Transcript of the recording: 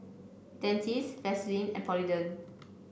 Dentiste Vaselin and Polident